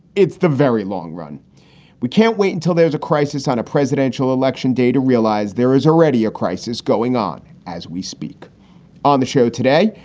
it's the very long. we can't wait until there's a crisis on a presidential election day to realize there is already a crisis going on as we speak on the show today,